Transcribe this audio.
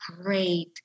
great